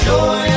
Joy